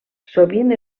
sovint